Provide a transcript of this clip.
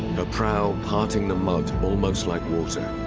her prow parting the mud almost like water.